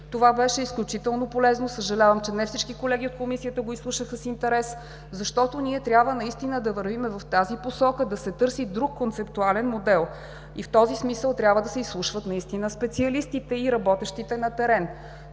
Това беше изключително полезно, съжалявам, че не всички колеги от Комисията го изслушаха с интерес, защото ние трябва наистина да вървим в тази посока – да се търси друг концептуален модел. В този смисъл трябва да се изслушват специалистите и работещите на терен.